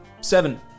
seven